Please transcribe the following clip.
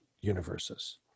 universes